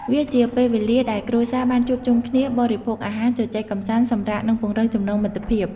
វាជាពេលវេលាដែលគ្រួសារបានជួបជុំគ្នា បរិភោគអាហារ ជជែកកម្សាន្ត សម្រាក និងពង្រឹងចំណងមិត្តភាព។